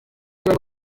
ariko